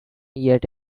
yet